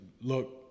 look